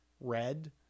red